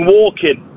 walking